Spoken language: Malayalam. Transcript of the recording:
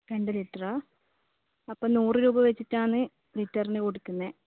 രണ്ടു ലിറ്ററാണോ അപ്പോൾ നൂറു രൂപ വച്ചിട്ടാണ് ലിറ്ററിന് കൊടുക്കുന്നത്